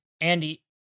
Andy